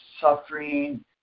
suffering